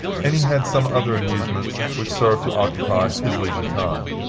and he had some other amusements which served to occupy his leisure time.